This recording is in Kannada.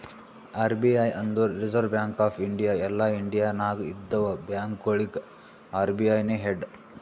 ಆರ್.ಬಿ.ಐ ಅಂದುರ್ ರಿಸರ್ವ್ ಬ್ಯಾಂಕ್ ಆಫ್ ಇಂಡಿಯಾ ಎಲ್ಲಾ ಇಂಡಿಯಾ ನಾಗ್ ಇದ್ದಿವ ಬ್ಯಾಂಕ್ಗೊಳಿಗ ಅರ್.ಬಿ.ಐ ನೇ ಹೆಡ್